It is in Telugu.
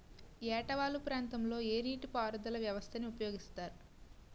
ఏట వాలు ప్రాంతం లొ ఏ నీటిపారుదల వ్యవస్థ ని ఉపయోగిస్తారు?